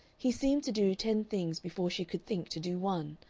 he seemed to do ten things before she could think to do one,